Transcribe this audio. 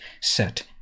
set